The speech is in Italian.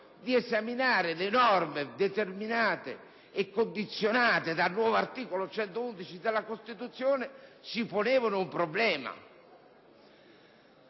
di esaminare le norme determinate e condizionate dal nuovo articolo 111 della Costituzione si ponevano un problema.